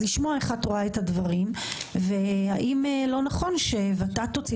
אני לשמוע איך את רואה את הדברים והאם לא נכון שות"ת תוציא